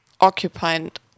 occupied